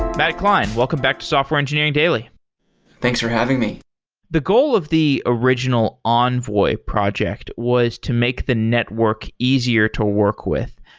matt klein, welcome back to software engineering daily thanks for having me the goal of the original envoy project was to make the network easier to work with.